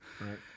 Right